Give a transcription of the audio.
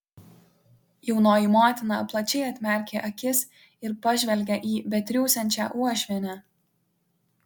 jaunoji motina plačiai atmerkė akis ir pažvelgė į betriūsiančią uošvienę